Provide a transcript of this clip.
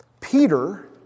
Peter